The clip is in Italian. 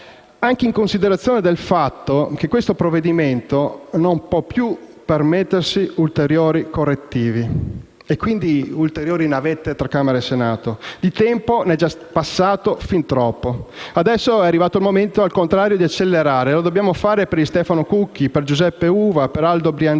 anche in considerazione del fatto che il provvedimento in esame non può più permettersi ulteriori correttivi e, quindi, ulteriore *navette* tra Camera e Senato. Di tempo ne è già passato fin troppo. Adesso è arrivato il momento, al contrario, di accelerare e lo dobbiamo fare per Stefano Cucchi, Giuseppe Uva, Aldo Bianzino,